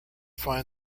find